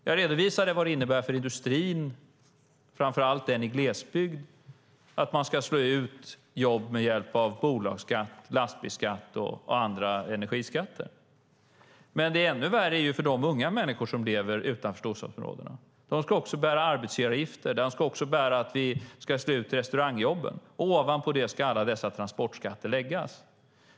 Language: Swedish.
Jag redovisade vad det innebär för industrin, framför allt den i glesbygd, nämligen att man slår ut jobb med hjälp av bolagsskatt, lastbilsskatt och andra energiskatter. Ännu värre är det för de unga människor som lever utanför storstadsområdena. De ska också bära arbetsgivaravgifter och försämringar för restaurangjobben. Ovanpå det ska alla dessa transportskatter läggas.